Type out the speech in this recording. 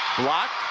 blocked.